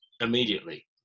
immediately